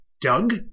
Doug